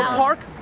park?